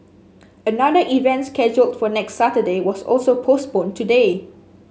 another event scheduled for next Saturday was also postponed today